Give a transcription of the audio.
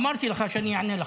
אמרתי לך שאני אענה לך,